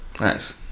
Nice